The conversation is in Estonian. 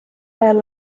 ajal